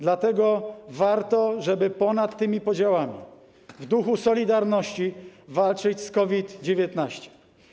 Dlatego warto, żeby ponad podziałami, w duchu solidarności walczyć z COVID-19.